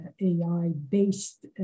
AI-based